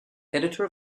editor